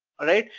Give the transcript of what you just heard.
alright?